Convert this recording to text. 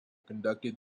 conducted